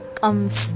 comes